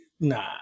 nah